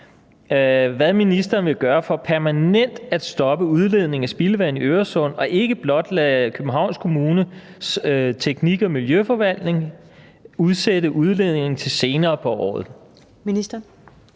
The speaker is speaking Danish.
hvad ministeren vil gøre for permanent at stoppe udledning af spildevand i Øresund og ikke blot lade Københavns Kommunes teknik- og miljøforvaltning udsætte udledningen til senere på året.